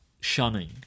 shunning